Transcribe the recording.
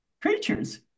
creatures